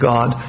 God